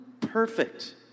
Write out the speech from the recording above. perfect